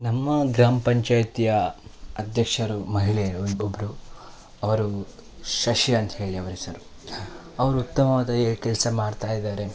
ನಮ್ಮ ಗ್ರಾಮ ಪಂಚಾಯ್ತಿಯ ಅಧ್ಯಕ್ಷರು ಮಹಿಳೆಯರು ಒಬ್ಬೊಬ್ಬರು ಅವರು ಶಶಿ ಅಂತ ಹೇಳಿ ಅವರ ಹೆಸರು ಅವರು ಉತ್ತಮವಾದ ಏ ಕೆಲಸ ಮಾಡ್ತಾ ಇದ್ದಾರೆ